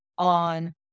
on